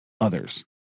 others